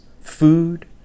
food